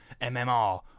MMR